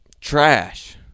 trash